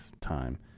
time